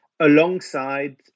alongside